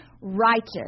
righteous